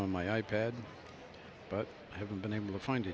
on my i pad but i haven't been able to find